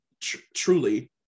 Truly